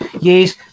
years